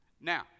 Now